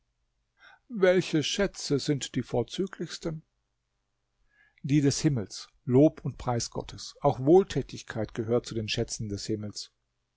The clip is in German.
welche schätze sind die vorzüglichsten die des himmels lob und preis gottes auch wohltätigkeit gehört zu den schätzen des himmels